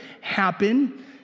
happen